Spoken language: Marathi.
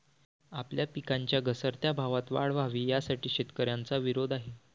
आपल्या पिकांच्या घसरत्या भावात वाढ व्हावी, यासाठी शेतकऱ्यांचा विरोध आहे